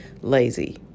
lazy